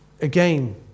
again